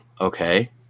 Okay